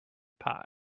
pie